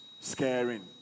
scaring